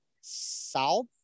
South